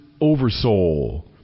oversoul